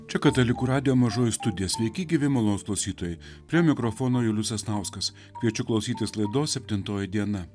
čia katalikų radijo mažoji studija sveiki gyvi malonūs klausytojai prie mikrofono julius sasnauskas kviečiu klausytis laidos septintoji diena